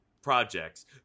projects